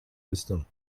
wisdom